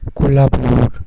Kolhapur